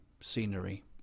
scenery